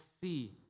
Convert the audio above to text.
see